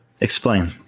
Explain